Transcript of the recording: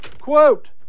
quote